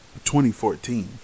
2014